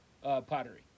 pottery